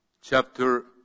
chapter